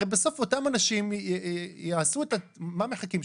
הרי בסוף אותם אנשים מה מחכים,